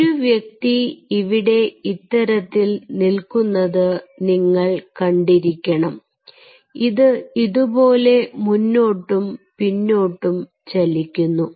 ഒരു വ്യക്തി ഇവിടെ ഇത്തരത്തിൽ നിൽക്കുന്നത് നിങ്ങൾ കണ്ടിരിക്കണം ഇത് ഇതുപോലെ മുന്നോട്ടും പിന്നോട്ടും ചലിക്കുന്നു